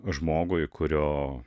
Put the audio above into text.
žmogui kurio